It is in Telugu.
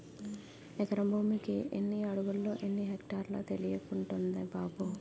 ఎకరం భూమికి ఎన్ని అడుగులో, ఎన్ని ఎక్టార్లో తెలియకుంటంది బాబూ